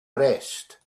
arrest